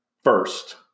First